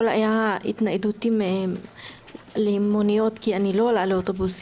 היה בהתניידות עם מוניות כי אני לא עולה על אוטובוסים.